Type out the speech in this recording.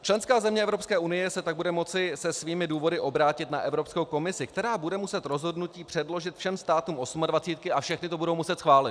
Členská země Evropské unie se tak bude moci se svými důvody obrátit na Evropskou komisi, která bude muset rozhodnutí předložit všem státům osmadvacítky, a všechny to budou muset schválit.